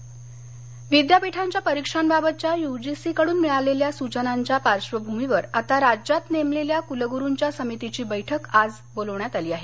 परिक्षा सिंधर्ल्य विद्यापीठांच्या परीक्षांबाबतच्या यूजीसी कडून मिळालेल्या सुचनांच्या पार्वभूमीवर आता राज्यात नेमलेल्या कुलगुरुंच्या समितीची बैठक आज बोलावण्यात आली आहे